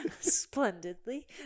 splendidly